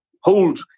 hold